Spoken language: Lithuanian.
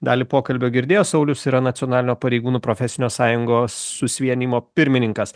dalį pokalbio girdėjo saulius yra nacionalinio pareigūnų profesinio sąjungos susivienijimo pirmininkas